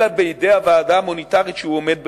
אלא על-ידי הוועדה המוניטרית שהוא עומד בראשה.